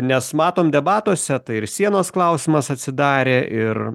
nes matom debatuose tai ir sienos klausimas atsidarė ir